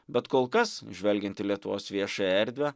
bet kol kas žvelgiant į lietuvos viešąją erdvę